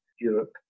Europe